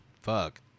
Fuck